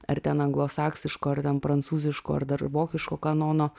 ar ten anglosaksiško ar ten prancūziško ar dar vokiško kanono